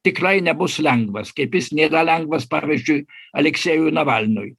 tikrai nebus lengvas kaip jis nėra lengvas pavyzdžiui aleksejui navalnui